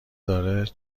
داره